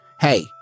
hey